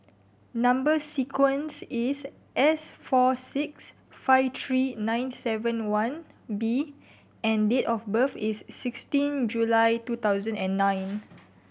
number sequence is S four six five three nine seven one B and date of birth is sixteen July two thousand and nine